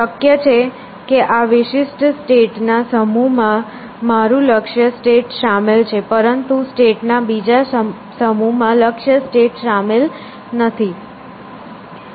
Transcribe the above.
શક્ય છે કે આ વિશિષ્ટ સ્ટેટ ના સમૂહમાં મારું લક્ષ્ય સ્ટેટ શામેલ છે પરંતુ સ્ટેટ ના બીજા સમૂહમાં લક્ષ્ય સ્ટેટ શામેલ નથી